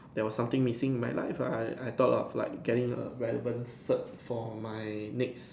there was something missing in my life lah I I thought of like getting a relevant cert for my next